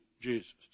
Jesus